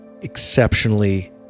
exceptionally